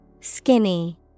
Skinny